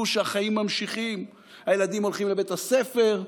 שהחיים ממשיכים: הילדים הולכים לבית הספר,